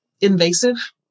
invasive